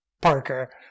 Parker